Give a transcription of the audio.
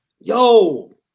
yo